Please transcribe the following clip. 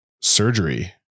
surgery